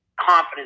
confidence